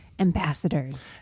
Ambassadors